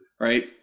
right